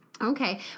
Okay